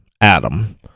Adam